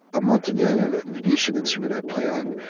a montagnana, the venetian instrument i play on,